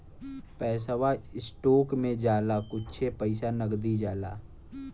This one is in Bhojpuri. पैसवा स्टोक मे जाला कुच्छे पइसा नगदी जाला